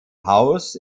haus